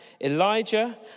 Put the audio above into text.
Elijah